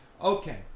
Okay